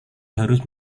harus